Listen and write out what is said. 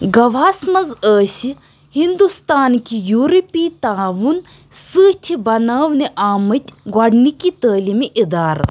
گواہس منٛز ٲسہِ ہندوستانٕکہِ یورپی تعاوُن سۭتۍ بناونہٕ آمٕتۍ گۄڈنِکہِ تعلیٖمی ادارٕ